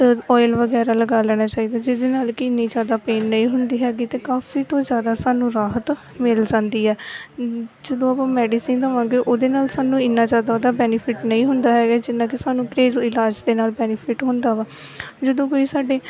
oil ਵਗੈਰਾ ਲਗਾ ਲੈਣਾ ਚਾਹੀਦਾ ਜਿਹਦੇ ਨਾਲ ਕਿ ਇੰਨੀ ਜ਼ਿਆਦਾ ਪੇਨ ਨਹੀਂ ਹੁੰਦੀ ਹੈਗੀ ਅਤੇ ਕਾਫੀ ਤੋਂ ਜ਼ਿਆਦਾ ਸਾਨੂੰ ਰਾਹਤ ਮਿਲ ਜਾਂਦੀ ਹੈ ਜਦੋਂ ਆਪਾਂ ਮੈਡੀਸਨ ਦਵਾਂਗੇ ਉਹਦੇ ਨਾਲ ਸਾਨੂੰ ਇੰਨਾਂ ਜ਼ਿਆਦਾ ਉਹਦਾ ਬੈਨੀਫਿਟ ਨਹੀਂ ਹੁੰਦਾ ਹੈਗਾ ਜਿੰਨਾ ਕਿ ਸਾਨੂੰ ਘਰੇਲੂ ਇਲਾਜ ਦੇ ਨਾਲ ਬੈਨੀਫਿਟ ਹੁੰਦਾ ਵਾ ਜਦੋਂ ਕੋਈ ਸਾਡੇ